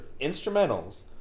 instrumentals